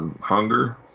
hunger